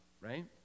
right